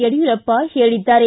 ಯಡ್ಕೂರಪ್ಪ ಹೇಳಿದ್ದಾರೆ